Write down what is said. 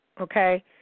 Okay